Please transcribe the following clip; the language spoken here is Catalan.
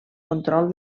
control